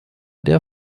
der